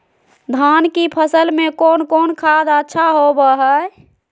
धान की फ़सल में कौन कौन खाद अच्छा होबो हाय?